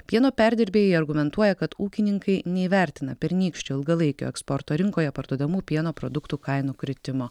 pieno perdirbėjai argumentuoja kad ūkininkai neįvertina pernykščio ilgalaikio eksporto rinkoje parduodamų pieno produktų kainų kritimo